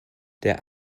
der